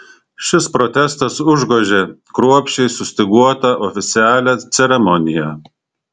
šis protestas užgožė kruopščiai sustyguotą oficialią ceremoniją